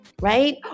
right